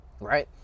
right